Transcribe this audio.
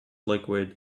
liquid